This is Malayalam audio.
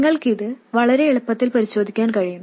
നിങ്ങൾക്ക് ഇത് വളരെ എളുപ്പത്തിൽ പരിശോധിക്കാൻ കഴിയും